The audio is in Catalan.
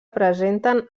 presenten